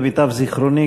למיטב זיכרוני,